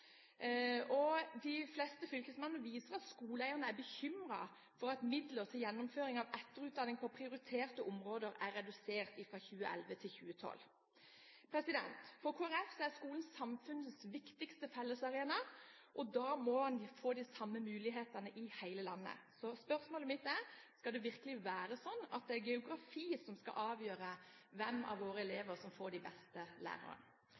De fleste fylkesmennene viser også til at «skoleeierne er bekymret for at midler til gjennomføring av «etterutdanning på prioriterte områder» er redusert fra 2011 til 2012». For Kristelig Folkeparti er skolen samfunnets viktigste fellesarena, og da må en få de samme mulighetene i hele landet. Så spørsmålet mitt er: Skal det virkelig være slik at det er geografi som avgjør hvem av våre elever som får de beste